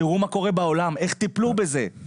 תיראו מה קורה עולם, איך טיפלו בזה.